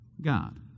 God